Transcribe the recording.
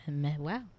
wow